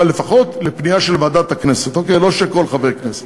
להשיב לכנסת על בקשה שמופנית